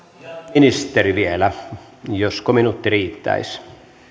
ministeri vielä josko minuutti riittäisi